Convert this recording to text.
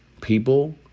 people